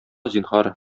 зинһар